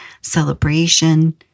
celebration